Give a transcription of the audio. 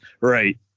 Right